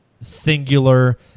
singular